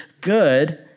good